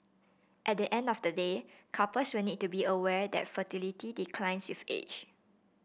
at the end of the day couples will need to be aware that fertility declines with age